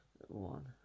one